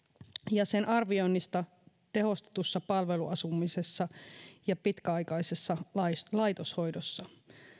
ja sen arvioinnista tehostetussa palveluasumisessa ja pitkäaikaisessa laitoshoidossa